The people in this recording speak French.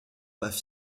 pas